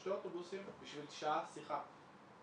בשני אוטובוסים בשביל שעה שיחה,